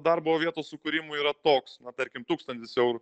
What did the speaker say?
darbo vietų sukūrimui yra toks na tarkim tūkstantis eurų